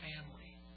family